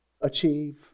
achieve